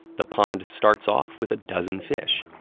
the pond starts off with a dozen fish,